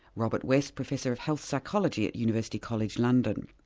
robert west, professor of health psychology at university college london.